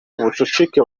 ubucucike